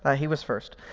ah he was first.